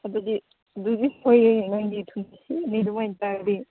ꯑꯗꯨꯗꯤ ꯑꯗꯨꯗꯤ ꯁꯣꯏꯔꯦ ꯅꯪꯒꯤ ꯑꯗꯨꯃꯥꯏꯅ ꯆꯥꯔꯗꯤ